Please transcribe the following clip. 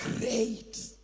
Great